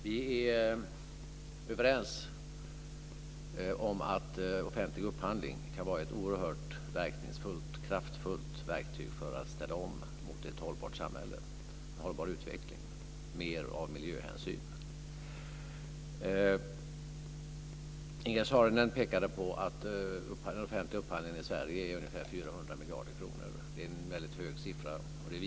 Fru talman! Jag tackar för svaret. Ministerrådet har träffat en överenskommelse om att reglerna för offentlig upphandling ska ses över i syfte att öka möjligheten att ta miljöhänsyn, men arbetet går trögt. EG-kommissionens tolkningsdokument om miljö och offentlig upphandling har försenats ett otal gånger.